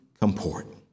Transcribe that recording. comport